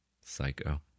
Psycho